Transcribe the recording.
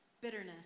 bitterness